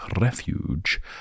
refuge